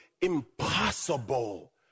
impossible